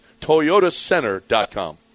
ToyotaCenter.com